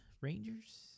rangers